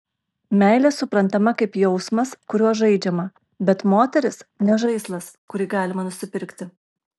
meilė suprantama kaip jausmas kuriuo žaidžiama bet moteris ne žaislas kurį galima nusipirkti